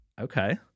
okay